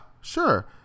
sure